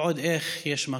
ועוד איך יש מקום.